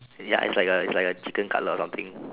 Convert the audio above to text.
ya it's like a it's like a chicken cutlet or something